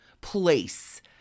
place